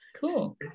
Cool